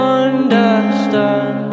understand